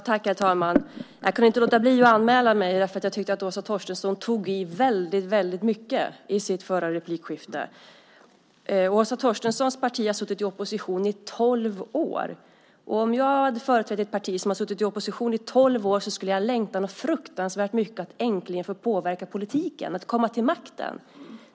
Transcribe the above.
Herr talman! Jag kunde inte låta bli att anmäla mig till debatten, för jag tycker att Åsa Torstensson tog i väldigt mycket i sitt förra inlägg. Åsa Torstenssons parti har suttit i opposition i tolv år. Om jag företrädde ett parti som hade suttit i opposition så länge skulle jag längta fruktansvärt mycket efter att äntligen få påverka politiken och komma till makten.